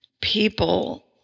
people